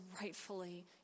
rightfully